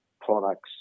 products